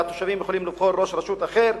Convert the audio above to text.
והתושבים יכולים לבחור ראש רשות אחר.